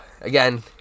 again